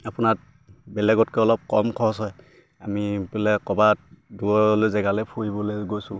আপোনাৰ বেলেগতকে অলপ কম খৰচ হয় আমি বোলে ক'বাত দূৰলৈ জেগালে ফুৰিবলে গৈছোঁ